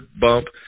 bump